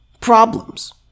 problems